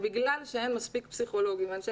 בגלל שאין מספיק פסיכולוגים ואנשי